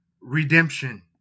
redemption